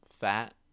fat